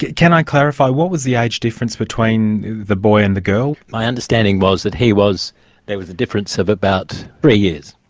can i clarify, what was the age difference between the boy and the girl? my understanding was that he was about there was a difference of about three years.